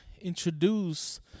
introduce